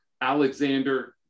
Alexander